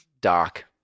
Doc